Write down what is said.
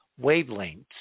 wavelengths